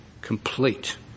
complete